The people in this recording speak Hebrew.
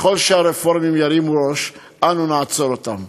ככל שהרפורמים ירימו ראש, אנו נעצור אותם.